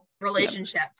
relationship